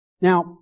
Now